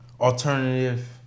alternative